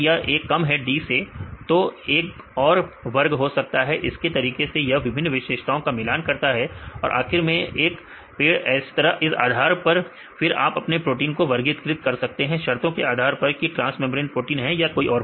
अगर यह A कम है D से तो तो यह एक और वर्ग हो सकता है इसी तरीके से यह विभिन्न विशेषताओं का मिलान करता है और आखिर मैं एक पेड़इस आधार पर फिर आप अपने प्रोटीन को वर्गीकृत करते हैं शर्तों के आधार पर कि ट्रांस मेंब्रेन प्रोटीन है या और कोई